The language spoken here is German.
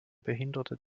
behinderte